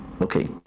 Okay